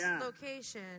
location